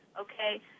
okay